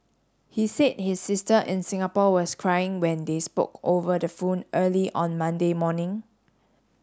he said his sister in Singapore was crying when they spoke over the phone early on Monday morning